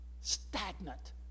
Stagnant